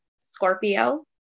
scorpio